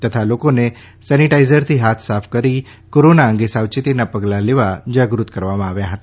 તથા લોકોને સેનીટાઈઝરથી હાથ સાફ કરવી કોરોના અંગે સાવચેતીનાં પગલાં લેવા જાગૃત કરવામાં આવ્યા હતા